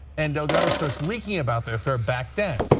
and gotta start speaking about the affair back then.